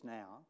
now